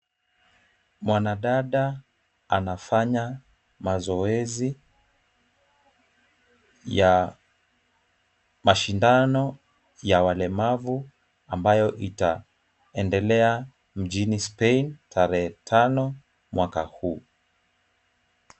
Mwanadada anafanya mazoezi ya mashindano ya walemavu ambayo itaendela mjini Spain tarehe tano mwaka huu.